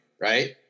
right